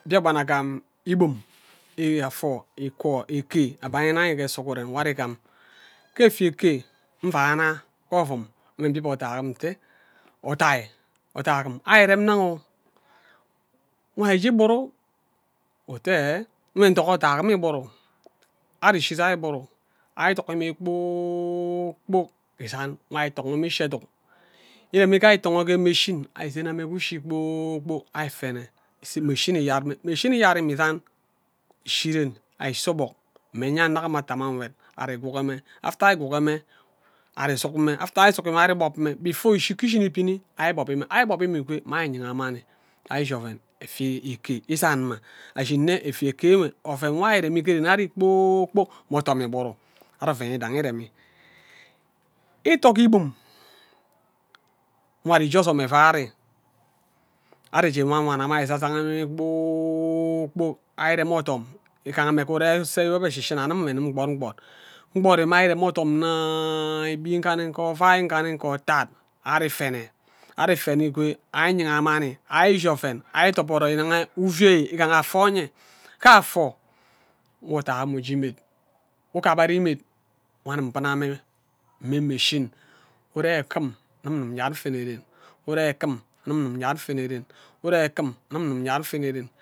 Mbiakpan agam ibam afor igwo eke abani inai ke sughuren nwo ari igam ke efia eke nvana ke ovum nva nje igbi odai agim nte odai odai ari rem nnang wa ari je igburu ute eh nkwe nduro odai agum igbuu ari ishi jake igburu i ari itoki mme kpor kpok isam me ari itono mme ishie edak irem ikwo ari itogor mme mechin ari sene mme ke ughi kpor kpok ari ifene ise mechine iyad mme mechine iyad mme isan ishi ran ari gba obok mme eya nno gima ata mma nkwed ari ikwege mme after ari ikwegor mme ari iduk mme after isuk mme ari ikpob ime ishi ke ishini ibini ari gbob mme ari gbob mme ari nyinga mmi ari ishi oven isan mma efia eke ari shine nne eke ewe oven ari irem ke ren enwe mme odom igburu ari oven idungi iremi ito ke ibum nkwa ari je ozom evai ari je wawana mme ari jajagani mme kpor kpok ari irem odom igaha mme ure ke iwobe shishina amim mme ndim kpord nkpord nkpori mme ari irem odom igbi nkani ka ivai nkanikani otad ari ifene ari ifene ikwe ari nyigamani ari ishi oven ari iduboro inege ukey igaha afor inye ka afor nke odai am uje imed ugabara imed anim mbuna me mmi mechine ure egim anim ngim yad mme nfene ren ure ekim anim ndim nyad nfene ren ure ekim anim ndim nyard nfene nen